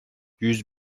yüz